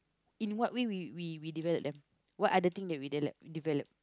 in what way we we we develop them what other thing that we del~ develop